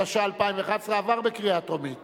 התשע"א 2011, לדיון מוקדם